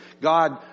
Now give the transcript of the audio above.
God